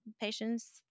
patients